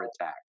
attack